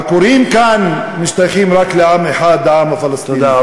העקורים כאן משתייכים רק לעם אחד, העם הפלסטיני.